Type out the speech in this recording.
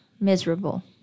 miserable